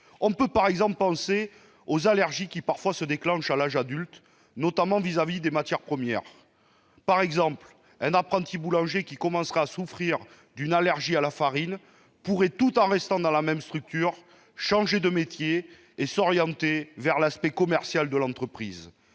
On peut par exemple penser aux allergies qui se déclenchent parfois à l'âge adulte, notamment vis-à-vis des matières premières. Par exemple, un apprenti boulanger qui commencerait à souffrir d'une allergie à la farine pourrait changer de métier tout en restant dans la même structure, en s'orientant vers l'aspect commercial de l'entreprise.